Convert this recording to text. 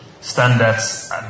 standards